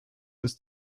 ist